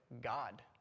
God